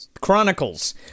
Chronicles